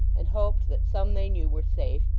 and hoped that some they knew were safe,